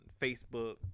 Facebook